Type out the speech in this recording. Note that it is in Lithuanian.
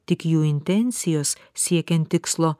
tik jų intencijos siekiant tikslo